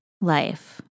life